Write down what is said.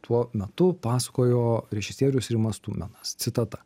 tuo metu pasakojo režisierius rimas tuminas citata